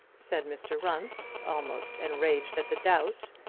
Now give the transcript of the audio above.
said mr. runce, almost enraged at the doubt.